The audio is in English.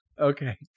Okay